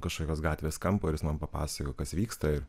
kažkokios gatvės kampo ir jis man papasakojo kas vyksta ir